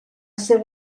ser